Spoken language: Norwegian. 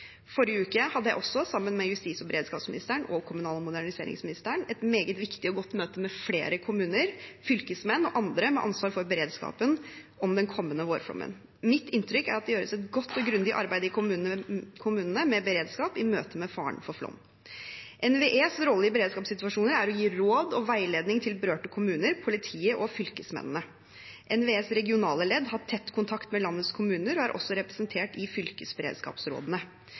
Forrige uke hadde jeg også, sammen med justis- og beredskapsministeren og kommunal- og moderniseringsministeren, et meget viktig og godt møte med flere kommuner, fylkesmenn og andre med ansvar for beredskapen om den kommende vårflommen. Mitt inntrykk er at det gjøres et godt og grundig arbeid i kommunene med beredskap i møtet med faren for flom. NVEs rolle i beredskapssituasjoner er å gi råd og veiledning til berørte kommuner, politiet og fylkesmennene. NVEs regionale ledd har tett kontakt med landets kommuner og er også representert i fylkesberedskapsrådene.